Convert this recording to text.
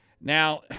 Now